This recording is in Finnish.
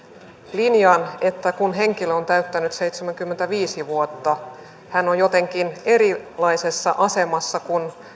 linjan että kun henkilö on täyttänyt seitsemänkymmentäviisi vuotta hän on jotenkin erilaisessa asemassa kuin